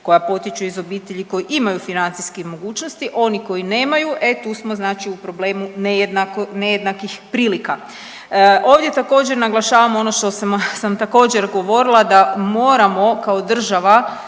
koja potječu iz obitelji koji imaju financijskih mogućnosti. Oni koji nemaju e tu smo znači u problemu nejednako, nejednakih prilika. Ovdje također naglašavam ono što sam također govorila da moramo kao država